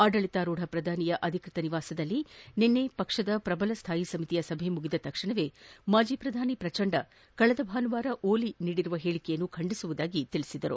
ಆಡಳಿತಾರೂಢ ಪ್ರಧಾನಿಯ ಅಧಿಕ್ಷತ ನಿವಾಸದಲ್ಲಿ ನಿನ್ನೆ ಪಕ್ಷದ ಪ್ರಬಲ ಸ್ಲಾಯಿ ಸಮಿತಿಯ ಸಭೆ ಮುಗಿದ ತಕ್ಷಣವೇ ಮಾಜಿ ಪ್ರಧಾನಿ ಪ್ರಚಂಡ ಕಳೆದ ಭಾನುವಾರ ಓಲಿ ನೀಡಿರುವ ಹೇಳಿಕೆಯನ್ನು ಖಂಡಿಸುವುದಾಗಿ ಪ್ರತಿಭಟಿಸಿದರು